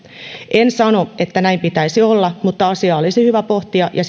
en sano että näin pitäisi olla mutta asiaa olisi hyvä pohtia ja